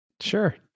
sure